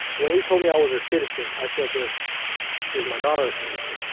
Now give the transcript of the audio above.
when he told me i was a citizen, i said this is my daughter, a citizen?